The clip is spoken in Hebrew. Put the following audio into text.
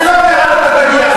אני לא יודע לאן אתה תגיע,